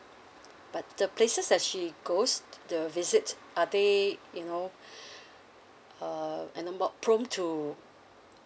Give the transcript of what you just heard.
but the places that she goes the visit are they you know uh and about prone to